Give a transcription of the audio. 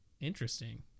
interesting